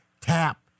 tap